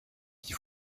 qui